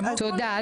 תודה.